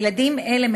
לילדים אלה,